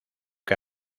que